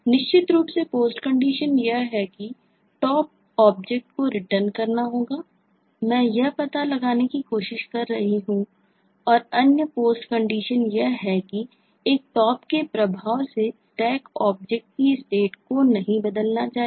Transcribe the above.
निश्चित रूप से पोस्टकंडीशन नहीं है